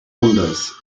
wanders